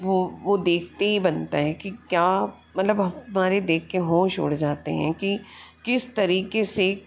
वो वो देखते ही बनता है कि क्या मतलब हमारे देख के होश उड़ जाते हैं कि किस तरीक़े से